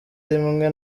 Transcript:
rimwe